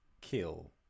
kill